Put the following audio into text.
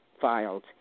filed